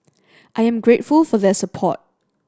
I am grateful for their support